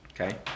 Okay